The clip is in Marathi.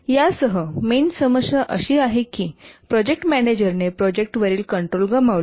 यासह मेन समस्या अशी आहे की प्रोजेक्ट मॅनेजरने प्रोजेक्ट वरील कंट्रोल गमावले